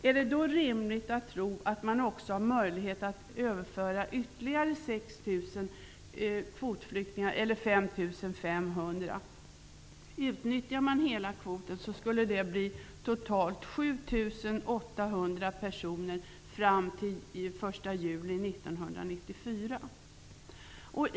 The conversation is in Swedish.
Är det då rimligt att tro att man också skall ha möjlighet att överföra ytterligare 6 000 eller 5 500 kvotflyktingar till Sverige? Om hela kvoten utnyttjas skulle det fram till den 1 juli 1994 bli totalt 7 800 personer.